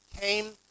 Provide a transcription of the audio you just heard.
came